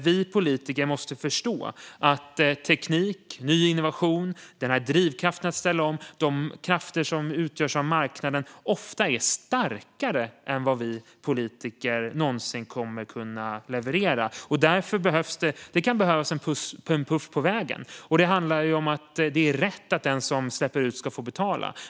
Vi politiker måste förstå att teknik, ny innovation, drivkraften att ställa om, de krafter som utgörs av marknaden, ofta är starkare än vad vi politiker kan leverera. Det kan behövas en puff på vägen, och det handlar om att det är rätt att den som släpper ut ska betala.